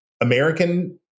American